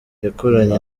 yakuranye